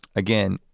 again